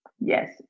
Yes